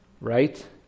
right